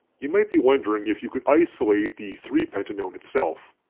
you might be wondering if you could isolate the three pentanone itself.